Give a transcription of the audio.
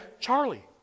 Charlie